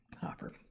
Hopper